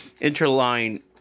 interline